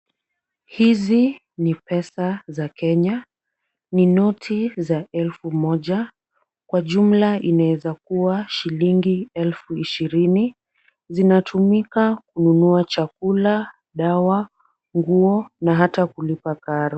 Hizi ni pesa za Kenya. Ni noti za elfu moja. Kwa jumla inaezakuwa shilingi elfu ishirini. Zinatumika kununua chakula, dawa, nguo na hata kulipa karo.